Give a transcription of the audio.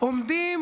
עומדים